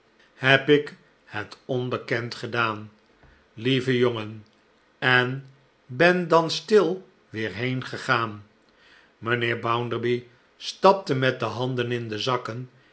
heb ik het onbekend gedaan lieve jongen en ben dan stil weer heengegaan mijnheer bounderby stapte met de handen in de zakken